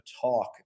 talk